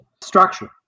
structure